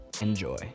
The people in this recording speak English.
enjoy